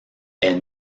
est